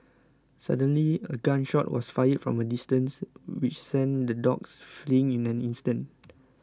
suddenly a gun shot was fired from a distance which sent the dogs fleeing in an instant